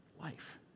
life